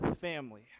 family